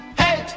hey